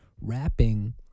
rapping